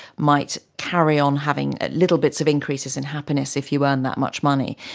might carry on having ah little bits of increases in happiness if you earn that much money.